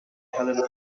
helen